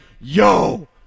Yo